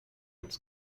its